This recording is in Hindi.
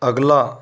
अगला